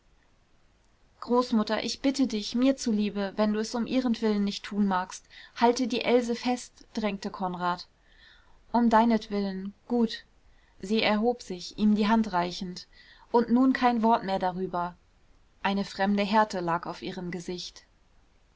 großmutter ich bitte dich mir zuliebe wenn du es um ihretwillen nicht tun magst halte die else fest drängte konrad um deinetwillen gut sie erhob sich ihm die hand reichend und nun kein wort mehr darüber eine fremde härte lag auf ihrem gesicht